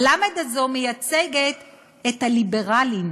הלמ"ד הזאת מייצגת את הליברלים,